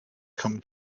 come